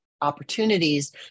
opportunities